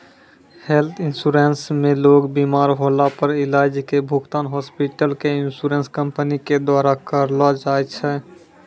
health insurance मे लोग बिमार होला पर इलाज के भुगतान हॉस्पिटल क इन्शुरन्स कम्पनी के द्वारा करलौ जाय छै